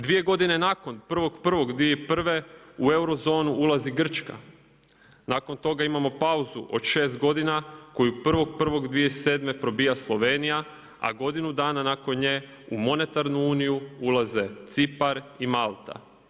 Dvije godine nakon 1.1.2001., u euro zonu ulazi Grčka, nakon toga imamo pauzu od 6 g. koji od 1.1.2007. probija Slovenija, a godinu dana nakon nje, u monetarnu Uniju ulaze Cipar i Malta.